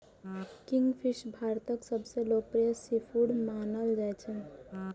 kingfish भारतक सबसं लोकप्रिय सीफूड मानल जाइ छै